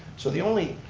so the only,